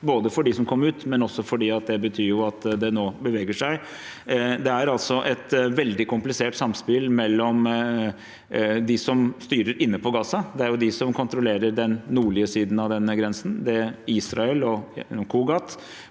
både for dem som kom ut, og også fordi det betyr at det nå beveger seg. Det er altså et veldig komplisert samspill mellom dem som styrer inne på Gaza. Det er jo de som kontrollerer den nordlige siden av denne grensen. Det